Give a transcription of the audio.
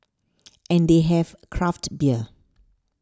and they have craft beer